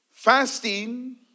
Fasting